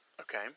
Okay